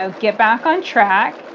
ah get back on track.